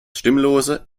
stimmlose